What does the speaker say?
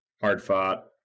hard-fought